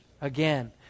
Again